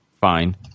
fine